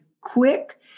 quick